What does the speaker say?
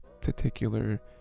particular